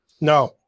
No